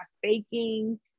faking